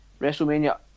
Wrestlemania